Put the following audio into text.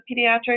pediatrics